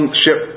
ship